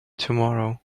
tomorrow